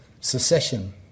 Secession